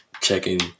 checking